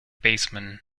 baseman